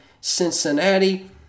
Cincinnati